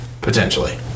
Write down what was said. potentially